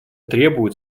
требует